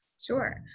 Sure